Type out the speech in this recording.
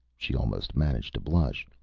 she almost managed to blush.